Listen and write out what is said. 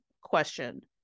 question